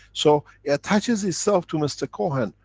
so it attaches itself to mr cohn.